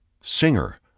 singer